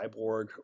cyborg